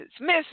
Miss